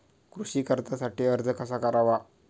कृषी कर्जासाठी अर्ज कसा करावा?